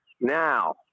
Now